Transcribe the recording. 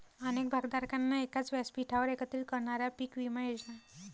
अनेक भागधारकांना एकाच व्यासपीठावर एकत्रित करणाऱ्या पीक विमा योजना